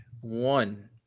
one